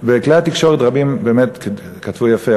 בכלי תקשורת רבים באמת כתבו יפה.